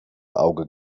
auge